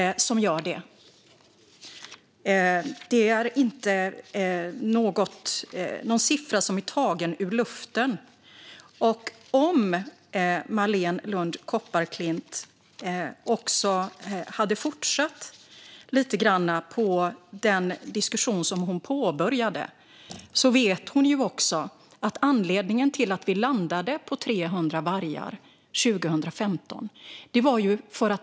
Det är inte någon siffra som är tagen ur luften. Och om Marléne Lund Kopparklint hade fortsatt lite grann på den diskussion som hon påbörjade vet hon också vad anledningen till att vi landade på 300 vargar 2015 var.